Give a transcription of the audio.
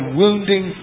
wounding